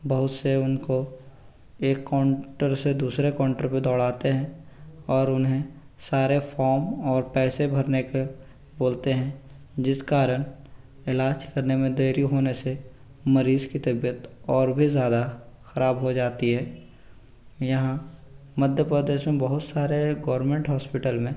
बहुत से उनको एक काउंटर से दूसरे काउंटर पर दौड़ाते हैं और उन्हें सारे फॉम और पैसे भरने के बोलते हैं जिस कारण इलाज करने में देरी होने से मरीज़ की तबियत और भी ज़्यादा ख़राब हो जाती है यहाँ मध्य प्रदेश में बहुत सारे गौरमेंट हॉस्पिटल में